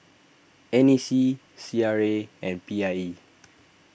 N A C C R A and P I E